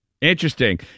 Interesting